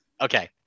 Okay